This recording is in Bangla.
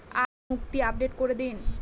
আজ মুক্তি আপডেট করে দিন